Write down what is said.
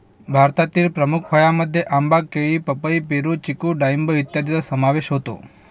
भारतातील प्रमुख फळांमध्ये आंबा, केळी, पपई, पेरू, चिकू डाळिंब इत्यादींचा समावेश होतो